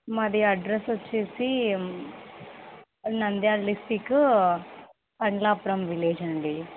మాది అడ్రస్ వచ్చేసి Nandyal district Amalapuram village అండి